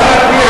לא,